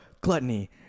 gluttony